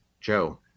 Joe